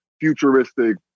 futuristic